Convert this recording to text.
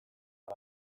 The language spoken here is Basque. eta